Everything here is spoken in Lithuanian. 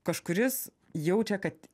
kažkuris jaučia kad